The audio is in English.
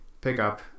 pickup